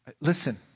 Listen